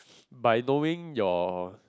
by knowing your